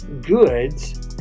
goods